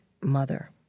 mother